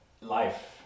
Life